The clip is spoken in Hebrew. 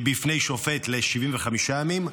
בפני שופט ל-75 ימים,